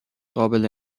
قابل